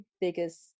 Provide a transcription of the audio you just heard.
biggest